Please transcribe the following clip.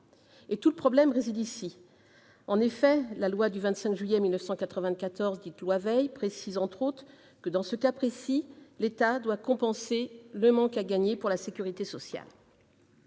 Et tout le problème est là ! En effet, la loi du 25 juillet 1994 dite loi Veil précise, entre autres choses, que dans ce cas précis l'État doit compenser le manque à gagner pour la sécurité sociale.